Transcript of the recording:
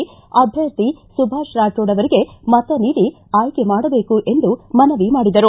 ಅಭ್ಯರ್ಥಿ ಸುಭಾಷ್ ರಾರೋಡ್ ಅವರಿಗೆ ಮತ ನೀಡಿ ಆಯ್ಕೆ ಮಾಡಬೇಕು ಎಂದು ಮನವಿ ಮಾಡಿದರು